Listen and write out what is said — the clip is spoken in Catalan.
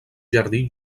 jardí